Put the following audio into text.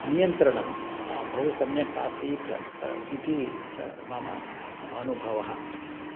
नियन्त्रणं बहु सम्यक् आसीत् इति मम अनुभवः